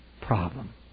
problem